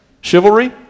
Chivalry